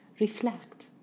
Reflect